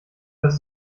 das